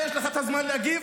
יש לך את הזמן להגיב.